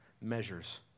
measures